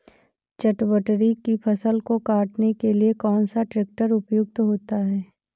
चटवटरी की फसल को काटने के लिए कौन सा ट्रैक्टर उपयुक्त होता है?